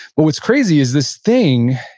but what's crazy is this thing,